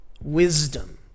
Wisdom